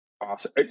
awesome